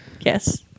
yes